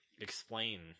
explain